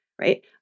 right